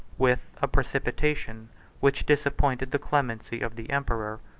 with a precipitation which disappointed the clemency of the emperor.